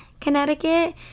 Connecticut